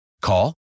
Call